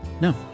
No